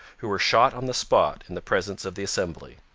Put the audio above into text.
who were shot on the spot in the presence of the assembly.